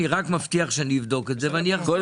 אני רק מבטיח שאני אבדוק את זה ואני אחזור